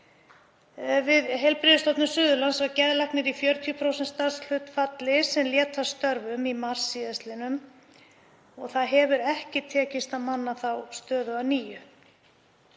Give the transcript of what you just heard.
Við Heilbrigðisstofnun Suðurlands var geðlæknir í 40% starfshlutfalli sem lét af störfum í mars síðastliðnum og hefur ekki tekist að manna þá stöðu að nýju.